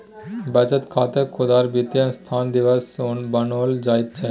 बचत खातकेँ खुदरा वित्तीय संस्थान दिससँ बनाओल जाइत छै